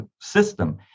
system